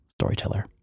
storyteller